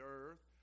earth